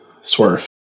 Swerve